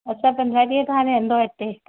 अच्छा पंद्रहं ॾींहं खणि रहंदा इते